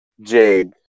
Jade